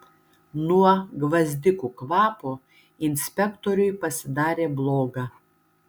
nuo gvazdikų kvapo inspektoriui pasidarė bloga